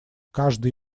каждый